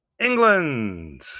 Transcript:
England